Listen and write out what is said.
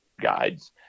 guides